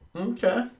Okay